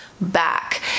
back